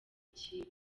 kipe